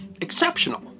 exceptional